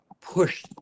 push